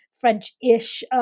French-ish